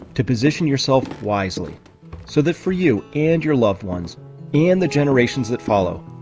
to position yourself wisely so that for you, and your loved ones and the generations that follow,